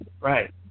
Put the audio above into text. Right